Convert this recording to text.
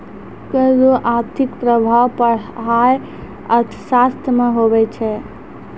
कर रो आर्थिक प्रभाब पढ़ाय अर्थशास्त्र मे हुवै छै